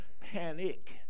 panic